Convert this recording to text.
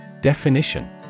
Definition